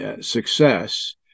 success